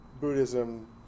Buddhism